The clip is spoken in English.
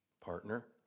partner